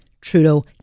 Trudeau